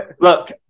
Look